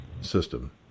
system